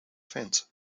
fence